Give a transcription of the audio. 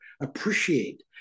appreciate